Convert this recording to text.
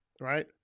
right